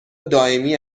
دائمی